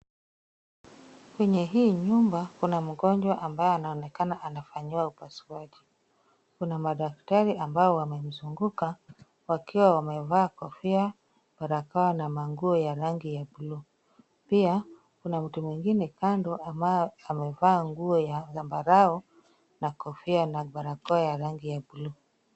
Kwenye hii nyumba, kuna mgonjwa ambaye anaonekana anafanyiwa upasuaji. Kuna madaktari ambao wamemzunguka, wakiwa wamevaa kofia, barakoa na manguo ya rangi ya blue . Pia kuna mtu mwingine kando ambaye amevaa nguo ya zambarau na kofia na barakoa ya rangi ya blue .